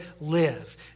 live